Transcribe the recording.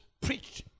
preached